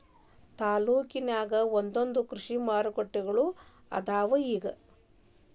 ತಾಲ್ಲೂಕಿಗೊಂದೊಂದ ಕೃಷಿ ಮಾರುಕಟ್ಟೆಗಳು ಅದಾವ ಇಗ